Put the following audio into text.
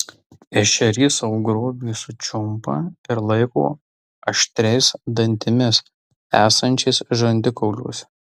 ešerys savo grobį sučiumpa ir laiko aštriais dantimis esančiais žandikauliuose